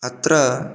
अत्र